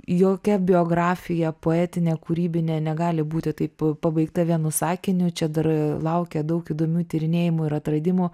jokia biografija poetinė kūrybinė negali būti taip pabaigta vienu sakiniu čia dar laukia daug įdomių tyrinėjimų ir atradimų